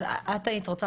אז את היית רוצה,